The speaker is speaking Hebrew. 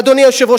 אדוני היושב-ראש,